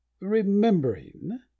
Remembering